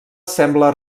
sembla